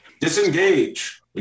disengage